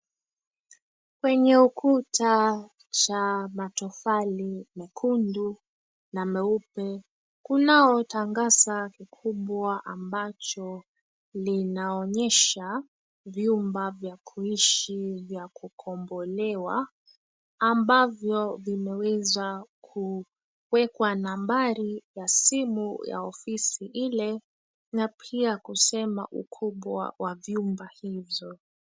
Kwenye ukuta cha matofali mekundu na meupe kunao tangazo kubwa ambacho linaonyesha vyumba vya kuishi vya kukombolewa ambavyo vimeweza kuwekwa nambari ya simu ya ofisi ile na pia kusema ukubwa wa vyumba hivyo.